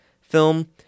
film